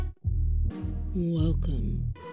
Welcome